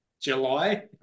July